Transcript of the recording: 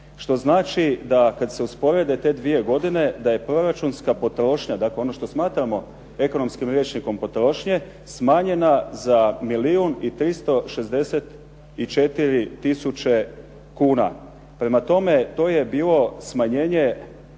što znači da kad se usporede te dvije godine da je proračunska potrošnja, dakle ono što smatramo ekonomskim rječnikom potrošnje, smanjena za milijun i 364 tisuće kuna. Prema tome, to je bilo smanjenje